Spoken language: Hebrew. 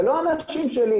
זה לא האנשים שלי.